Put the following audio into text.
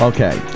Okay